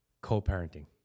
Co-parenting